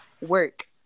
work